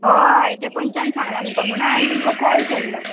हय तें पंचान सांगलां म्हणटा म्हणोन हांयन तुमकां कॉल केल्लो